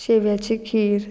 शेव्याची खीर